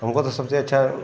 हमको तो सबसे अच्छा